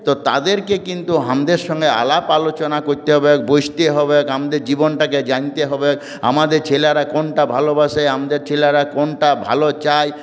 তো তাদেরকে কিন্তু আমাদের সঙ্গে আলাপ আলোচনা করতে হবে বসতে হবে আমাদের জীবনটাকে জানতে হবে আমাদের ছেলেরা কোনটা ভালোবাসে আমাদের ছেলেরা কোনটা ভালো চায়